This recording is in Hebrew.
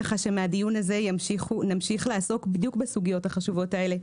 שמהדיון הזה נמשיך לעסוק בדיוק בסוגיות החשובות האלה.